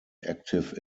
active